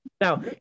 Now